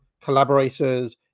Collaborators